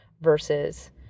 versus